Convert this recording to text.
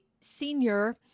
senior